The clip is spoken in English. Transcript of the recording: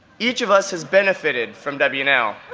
each of us has benefited from w and l.